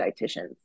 dietitians